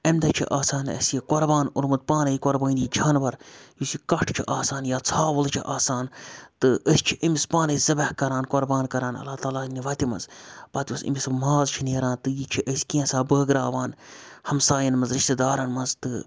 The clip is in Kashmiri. اَمہِ دۄہ چھُ آسان اَسہِ یہِ قۄربان اوٚنمُت پانَے قۄربٲنی جانور یُس یہِ کَٹھ چھُ آسان یا ژھاوُل چھُ آسان تہٕ أسۍ چھِ أمِس پانَے ذِبح کَران قۄربان کَران اللہ تعالیٰ ہٕنہِ وَتہِ مَنٛز پَتہٕ یُس أمِس سُہ ماز چھُ نیران تہٕ یہِ چھِ أسۍ کینٛژاہ بٲگراوان ہَمساین منٛز رِشتہٕ دارَن مَنٛز تہٕ